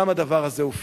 גם הדבר הזה הופרך.